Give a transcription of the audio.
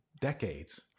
decades